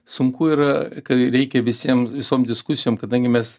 sunku yra kai reikia visiem visom diskusijom kadangi mes